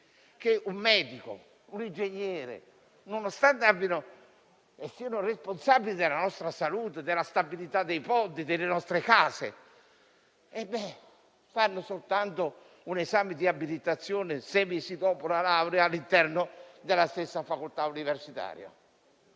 che un medico e un ingegnere, nonostante siano responsabili della nostra salute, della stabilità dei ponti e delle nostre case, fanno soltanto un esame di abilitazione, sei mesi dopo la laurea, all'interno della stessa facoltà universitaria.